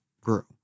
grew